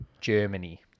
Germany